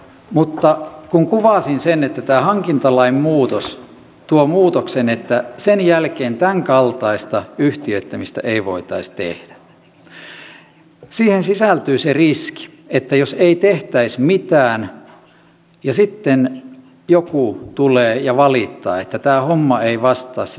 mutta kun kuvasin sen että tämä hankintalain muutos tuo muutoksen että sen jälkeen tämänkaltaista yhtiöittämistä ei voitaisi tehdä siihen sisältyy se riski että jos ei tehtäisi mitään niin sitten joku tulee ja valittaa että tämä homma ei vastaa sitä kilpailulainsäädäntöä